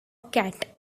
cat